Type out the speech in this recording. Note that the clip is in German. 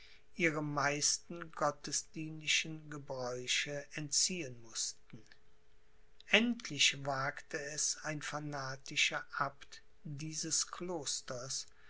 ihre meisten gottesdienstlichen gebräuche entziehen mußten endlich wagte es ein fanatischer abt dieses klosters